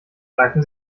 greifen